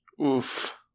Oof